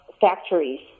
factories